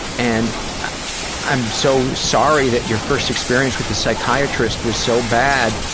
and ah i'm so sorry that your first experience with a psychiatrist was so bad.